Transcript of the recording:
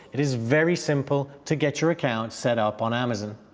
it is very simple to get your account set up on amazon.